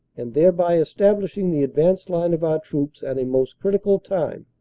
and thereby establish ing the advanced line of our troops at a most critical time.